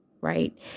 right